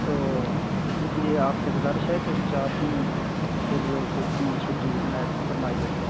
تو اس لیے آپ سے گزارش ہے کہ چار دن کے لیے اس کو چھٹّی عنایت فرمائی جائے